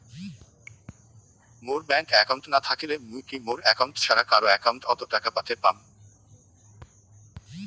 মোর bank account না থাকিলে মুই কি মোর একাউন্ট ছাড়া কারো একাউন্ট অত টাকা পাঠের পাম?